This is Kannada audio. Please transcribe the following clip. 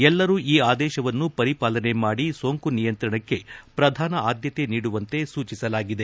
ಎಲ್ಲರೂ ಈ ಆದೇತವನ್ನು ಪರಿಪಾಲನೆ ಮಾಡಿ ಸೋಂಕು ನಿಯಂತ್ರಣಕ್ಕೆ ಪ್ರಧಾನ ಆದ್ಯತೆ ನೀಡುವಂತೆ ಸೂಚಿಸಲಾಗಿದೆ